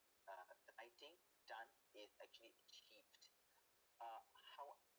uh I think done it actually achieved uh however